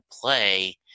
play